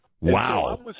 Wow